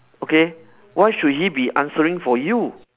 okay why should he be answering for you